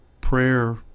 prayer